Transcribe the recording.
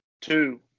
Two